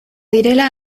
direla